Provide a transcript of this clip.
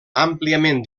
àmpliament